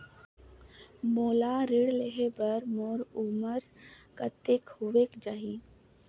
मोला ऋण लेहे बार मोर उमर कतेक होवेक चाही?